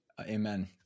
Amen